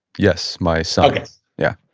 yes, my son okay yeah